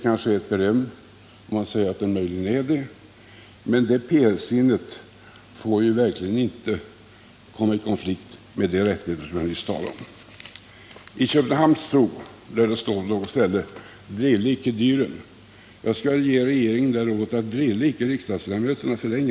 Kanske är det att ge beröm att säga att regeringen möjligen är PR-sinnad, men det PR-sinnet får verkligen inte komma i konflikt med de rättigheter som jag nyss talat om. På något ställe står det på Zoo i Köpenhamn: Drille ikke dyrene. Jag skulle vilja ge regeringen rådet att ”ikke drille” riksdagsledamöterna för länge.